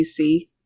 PC